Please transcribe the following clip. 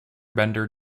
bender